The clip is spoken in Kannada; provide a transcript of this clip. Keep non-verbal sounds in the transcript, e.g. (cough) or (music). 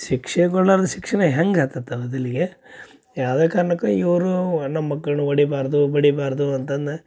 ಶಿಕ್ಷೆ ಕೊಡ್ಲಾರದ ಶಿಕ್ಷಣ ಹೆಂಗೆ (unintelligible) ಇಲ್ಲಿಗೆ ಯಾವುದೇ ಕಾರಣಕ್ಕೂ ಇವರು ನಮ್ಮ ಮಕ್ಕಳ್ನ ಹೊಡಿಬಾರ್ದು ಬಡಿಬಾರದು ಅಂತಂದು